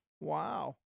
Wow